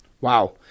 Wow